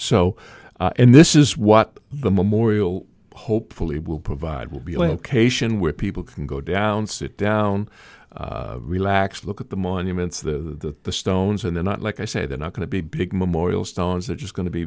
so and this is what the memorial hopefully will provide will be location where people can go down sit down relax look at the monuments the stones and they're not like i say they're not going to be big memorial stones they're just going to be